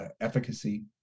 efficacy